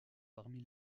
parmi